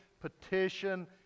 petition